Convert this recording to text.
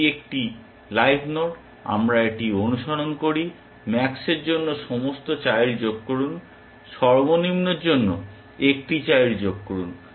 এটি একটি live node আমরা এটি অনুসরণ করি ম্যাক্সের জন্য সমস্ত চাইল্ড যোগ করুন সর্বনিম্নর জন্য একটি চাইল্ড যোগ করুন